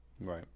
Right